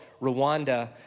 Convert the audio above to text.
Rwanda